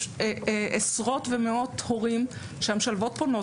יש עשרות ומאות הורים שהמשלבות פונות